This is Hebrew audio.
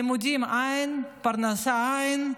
לימודים אין, פרנסה אין,